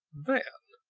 van!